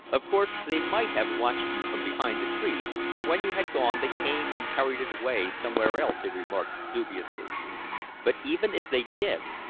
of course they might have watched you from behind the trees, and when you had gone they came and carried it away somewhere else, he remarked dubiously but even if they did,